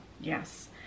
Yes